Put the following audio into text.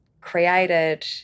created